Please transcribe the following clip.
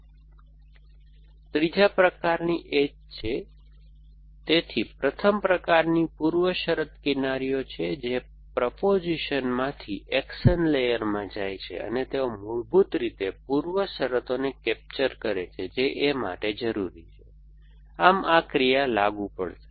તે ત્રીજો પ્રકારની એજછે તેથી પ્રથમ પ્રકારની પૂર્વશરત કિનારીઓ છે જે પ્રપોઝિશનમાંથી એક્શન લેયરમાં જાય છે અને તેઓ મૂળભૂત રીતે પૂર્વશરતોને કેપ્ચર કરે છે જે A માટે જરૂરી છે આમ આ ક્રિયા લાગુ પડશે